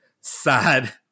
sad